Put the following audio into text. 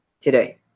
today